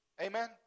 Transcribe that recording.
Amen